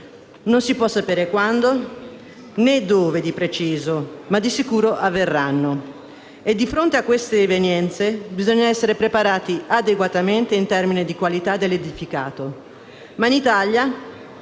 Non si può sapere quando, né dove di preciso, ma di sicuro avverranno. A fronte di queste evenienze «bisogna essere preparati adeguatamente in termini di qualità dell'edificato». Ma in Italia